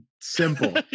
simple